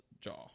jaw